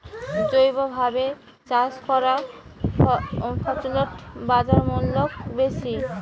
জৈবভাবে চাষ করা ফছলত বাজারমূল্য বেশি